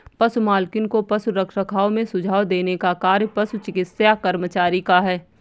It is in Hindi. पशु मालिक को पशु रखरखाव में सुझाव देने का कार्य पशु चिकित्सा कर्मचारी का है